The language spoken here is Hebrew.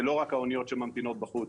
זה לא רק האוניות שממתינות בחוץ,